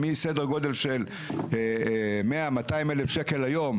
מסדר גודל של 100-200 אלף שקל היום,